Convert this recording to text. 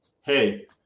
Hey